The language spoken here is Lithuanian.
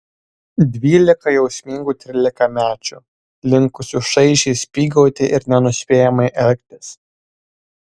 dvylika jausmingų trylikamečių linkusių šaižiai spygauti ir nenuspėjamai elgtis